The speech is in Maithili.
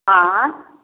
आएँ